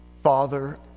Father